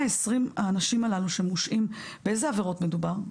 לגבי 120 האנשים הללו שמושעים באיזה עבירות מדובר?